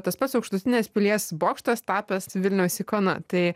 tas pats aukštutinės pilies bokštas tapęs vilniaus ikona tai